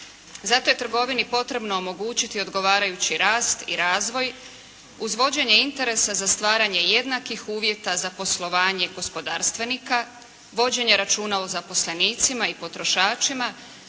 Zato je trgovini potrebno omogućiti odgovarajući rast i razvoj uz vođenje interesa za stvaranje jednakih uvjeta za poslovanje gospodarstvenika, vođenje računa o zaposlenicima i potrošačima